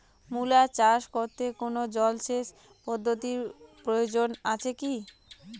মূলা চাষ করতে কোনো জলসেচ পদ্ধতির প্রয়োজন আছে কী?